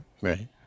Right